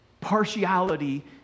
partiality